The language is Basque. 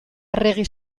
arregi